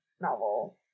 novel